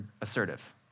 assertive